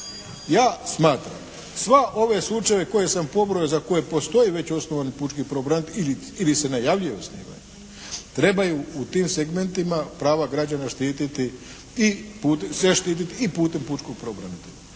Ja smatram sve ove slučajeve koje sam pobrojao za koje postoji već osnovan pučki pravobranitelj ili se najavljuje osnivanje, trebaju u tim segmentima prava građana štititi i putem pučkog pravobranitelja.